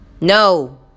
No